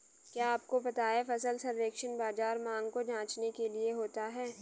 क्या आपको पता है फसल सर्वेक्षण बाज़ार मांग को जांचने के लिए होता है?